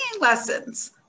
lessons